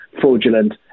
fraudulent